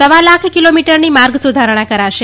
સવા લાખ કીલોમીટરની માર્ગ સુધારણા કરાશે